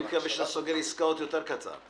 מקווה שאתה סוגר עסקאות יותר קצר...